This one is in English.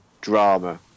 drama